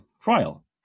trial